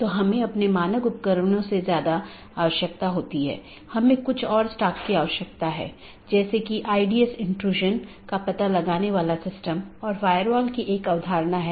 BGP या border gateway protocol बाहरी routing protocol है जो ऑटॉनमस सिस्टमों के पार पैकेट को सही तरीके से रूट करने में मदद करता है